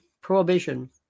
prohibition